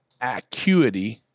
acuity